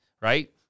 right